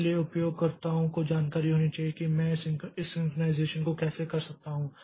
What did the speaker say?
इसलिए उपयोगकर्ताओं को जानकारी होनी चाहिए कि मैं इस सिंक्रनाइज़ेशन को कैसे कर सकता हूं